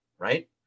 right